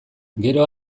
gero